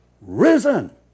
risen